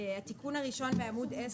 התיקון הראשון בעמוד 10,